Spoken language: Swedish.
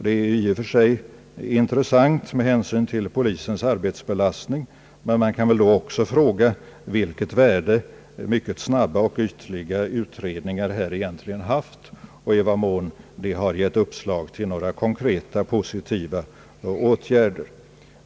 Det är intressant med hänsyn till polisens arbetsbelastning, men man kan väl då också fråga vilket värde mycket snabba och ytliga utredningar egentligen haft och i vad mån de har givit uppslag till några konkreta positiva åtgärder.